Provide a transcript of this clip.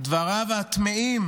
דבריו הטמאים